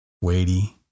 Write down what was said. weighty